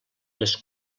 les